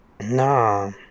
No